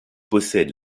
possède